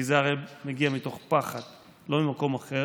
כי זה הרי מגיע מתוך פחד, לא ממקום אחר,